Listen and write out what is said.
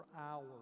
hours